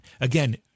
Again